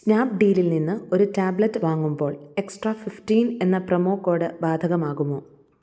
സ്നാപ് ഡീലിൽ നിന്ന് ഒരു ടാബ്ലറ്റ് വാങ്ങുമ്പോൾ എക്സ്ട്രാ ഫിഫ്റ്റീൻ എന്ന പ്രൊമോ കോഡ് ബാധകമാകുമോ